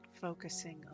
focusing